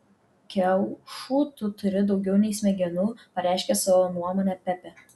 kiaušų tu turi daugiau nei smegenų pareiškė savo nuomonę pepė